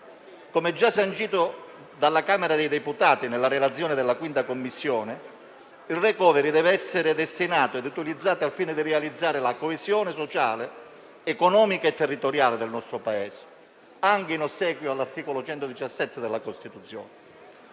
Come già sancito dalla Camera dei deputati, nella relazione della V Commissione, il *recovery* deve essere destinato e utilizzato al fine di realizzare la coesione sociale, economica e territoriale del nostro Paese, anche in ossequio all'articolo 117 della Costituzione.